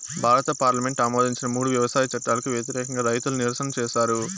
భారత పార్లమెంటు ఆమోదించిన మూడు వ్యవసాయ చట్టాలకు వ్యతిరేకంగా రైతులు నిరసన చేసారు